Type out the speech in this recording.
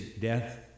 death